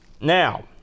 Now